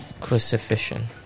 Crucifixion